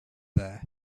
there